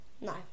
No